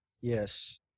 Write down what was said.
Yes